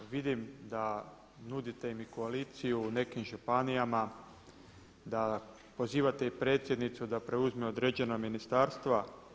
Vidim da nudite im i koaliciju u nekim županijama, da pozivate i predsjednicu da preuzme određena ministarstva.